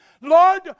Lord